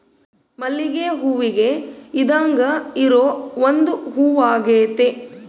ಮಲ್ಲಿಗೆ ಹೂವಿಗೆ ಇದ್ದಾಂಗ ಇರೊ ಒಂದು ಹೂವಾಗೆತೆ